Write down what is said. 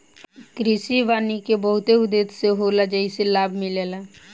कृषि वानिकी बहुते उद्देश्य से होला जेइसे लाभ मिलेला